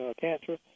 cancer